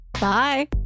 Bye